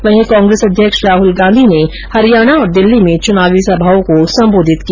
वहीं कांग्रेस अध्यक्ष राहुल गांधी ने हरियाणा और दिल्ली में चुनावी सभाओं को संबोधित किया